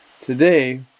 Today